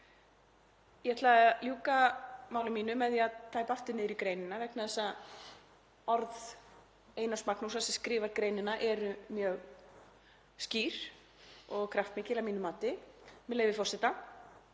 Ég ætla að ljúka máli mínu með því að grípa aftur niður í greinina vegna þess að orð Einars Magnúsar, sem skrifar greinina, eru mjög skýr og kraftmikil að mínu mati. Með leyfi forseta: